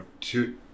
two